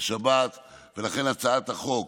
בהצעת החוק